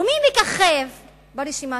ומי מככב ברשימה?